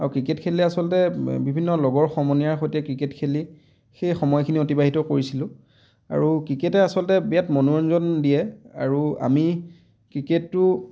আৰু ক্ৰিকেট খেলিলে আচলতে বিভিন্ন লগৰ সমনীয়াৰ সৈতে ক্ৰিকেট খেলি সেই সময়খিনি অতিবাহিত কৰিছিলোঁ আৰু ক্ৰিকেটে আচলতে বিৰাট মনোৰঞ্জন দিয়ে আৰু আমি ক্ৰিকেটটো